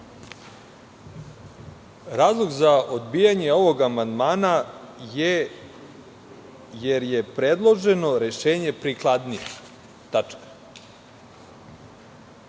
Razlog za odbijanje ovog amandmana glasi - jer je predloženo rešenje prikladnije. Mislim